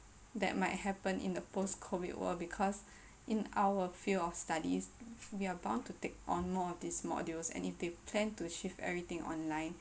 that might happen in a post COVID world because in our field of studies we are bound to take on more of these modules and if they plan to shift everything online